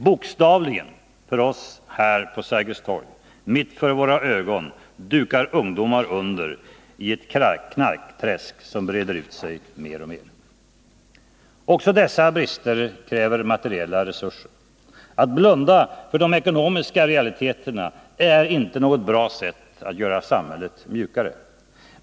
Bokstavligen mitt för våra ögon — för oss här vid Sergels torg — dukar ungdomar under i ett knarkträsk som breder ut sig mer och mer. Också dessa brister kräver materiella resurser. Att blunda för de ekonomiska realiteterna är inte något bra sätt att göra samhället mjukare.